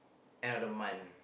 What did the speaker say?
end of the month